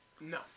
No